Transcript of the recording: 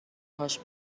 هاش